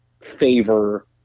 favor